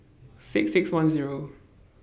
six six one Zero